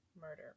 murder